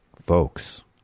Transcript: Folks